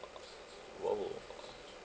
!whoa!